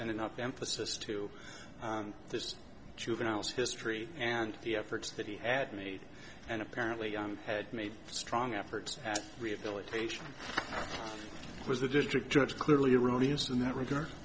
and enough emphasis to this juveniles history and the efforts that he had made and apparently had made strong efforts at rehabilitation was the district judge clearly erroneous in that regard